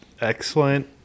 excellent